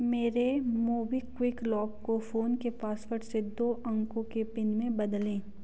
मेरे मोबीक्विक लॉक को फ़ोन के पासवर्ड से दो अंकों के पिन में बदलें